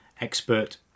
expert